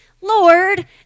Lord